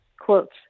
quotes